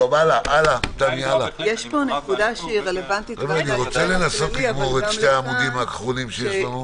יש כאן נקודה לא ברורה שרלוונטית גם להיתר הכללי אבל גם